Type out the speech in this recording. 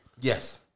Yes